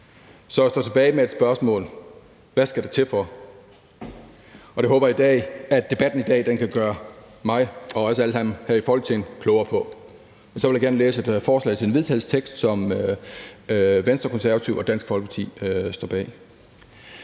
Så vi står tilbage med et spørgsmål: Hvad skal det til for? Det håber jeg at debatten i dag kan gøre mig og alle dem her i Folketinget klogere på. Så vil jeg gerne på vegne af Venstre, Konservative og Dansk Folkeparti fremsætte